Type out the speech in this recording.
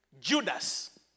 Judas